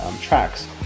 tracks